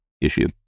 issue